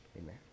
Amen